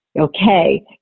okay